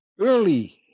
early